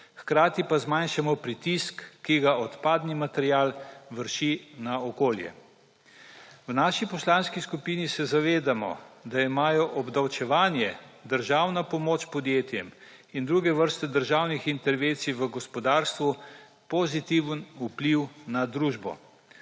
hkrati pa zmanjšamo pritisk, ki ga odpadni material vrši na okolje. V naši poslanski skupini se zavedamo, da imajo obdavčevanje, državna pomoč podjetjem in druge vrste državnih intervencij v gospodarstvu pozitiven vpliv na družbo.